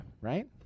Right